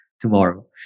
tomorrow